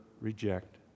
reject